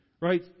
right